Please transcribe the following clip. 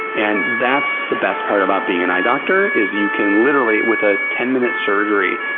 and that's the best part about being an eye doctor is you can literally, with a ten minute surgery,